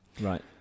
Right